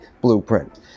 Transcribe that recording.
blueprint